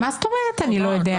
מה זאת אומרת, אני לא יודע?